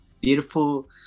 beautiful